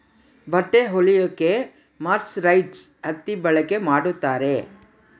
ಬಟ್ಟೆ ಹೊಲಿಯಕ್ಕೆ ಮರ್ಸರೈಸ್ಡ್ ಹತ್ತಿ ಬಳಕೆ ಮಾಡುತ್ತಾರೆ